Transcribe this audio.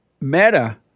META